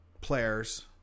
players